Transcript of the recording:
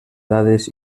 dades